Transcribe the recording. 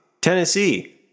tennessee